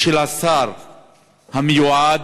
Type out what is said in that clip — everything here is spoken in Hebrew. של השר המיועד,